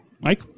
mike